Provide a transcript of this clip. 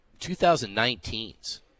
2019s